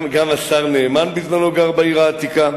גם השר נאמן גר בעבר בעיר העתיקה,